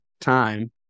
time